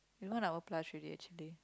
is one hour plus already actually